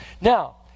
Now